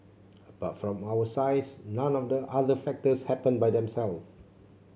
apart from our size none of the other factors happened by themselves